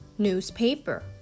Newspaper